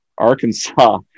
Arkansas